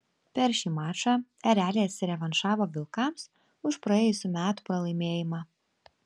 per šį mačą ereliai atsirevanšavo vilkams už praėjusių metų pralaimėjimą